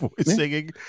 singing